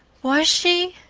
was she?